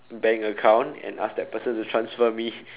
bank account and ask that person to transfer me